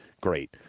great